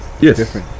yes